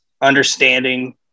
understanding